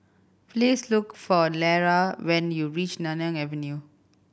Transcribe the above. please look for Lera when you reach Nanyang Avenue